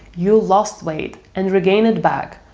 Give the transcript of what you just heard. you lost weight, and regained it back,